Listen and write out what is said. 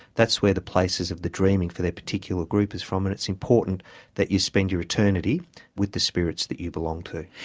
that's where the places of the dreaming for their particular group is from and it's important that you spend your eternity with the spirits that you belong to.